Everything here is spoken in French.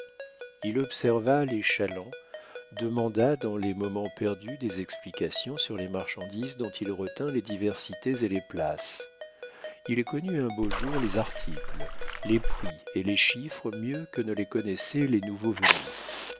il observa les chalands demanda dans les moments perdus des explications sur les marchandises dont il retint les diversités et les places il connut un beau jour les articles les prix et les chiffres mieux que ne les connaissaient les nouveaux venus